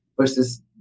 versus